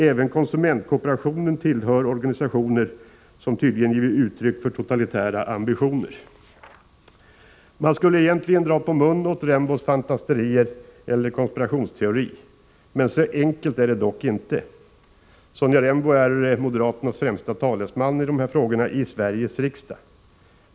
Även konsumentkooperationen skulle tillhöra de organisationer som skulle ha givit uttryck för totalitära ambitioner. Man skulle egentligen dra på mun åt Sonja Rembos fantasterier eller konspirationsteorier. Men så enkelt är det inte. Sonja Rembo är moderaternas främsta talesman i dessa frågor i Sveriges riksdag.